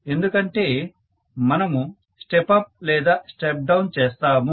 ఎందుకంటే మనము step up లేదా స్టెప్ డౌన్ చేస్తాము